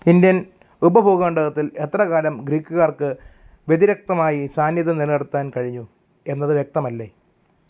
Indian ഉപഭൂഖണ്ഡത്തിൽ എത്ര കാലം ഗ്രീക്കുകാർക്ക് വ്യതിരിക്തമായ സാന്നിധ്യം നിലനിർത്താൻ കഴിഞ്ഞു എന്നത് വ്യക്തമല്ലേ